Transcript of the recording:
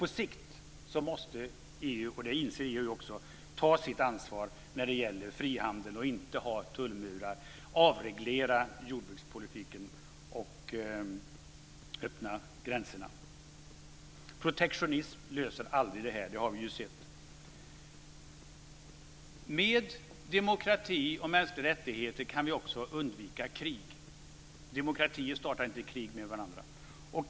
På sikt måste EU ta sitt ansvar när det gäller frihandel och inte ha tullmurar. Det inser EU också. Man måste avreglera jordbrukspolitiken och öppna gränserna. Protektionism löser aldrig det här. Det har vi sett. Med demokrati och mänskliga rättigheter kan vi också undvika krig. Demokratier startar inte krig med varandra.